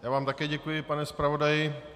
Já vám také děkuji, pane zpravodaji.